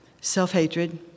self-hatred